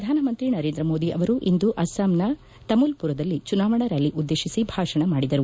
ಪ್ರಧಾನಮಂತ್ರಿ ನರೇಂದ್ರಮೋದಿ ಅವರು ಇಂದು ಅಸ್ಲಾಂನ ತಮೂಲ್ಪುರದಲ್ಲಿ ಚುನಾವಣಾ ರ್ಕಾಲಿ ಉದ್ದೇತಿಸಿ ಭಾಷಣ ಮಾಡಿದರು